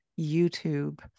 YouTube